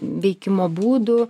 veikimo būdų